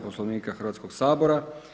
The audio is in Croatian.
Poslovnika Hrvatskoga sabora.